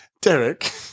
Derek